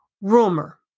rumor